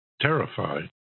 terrified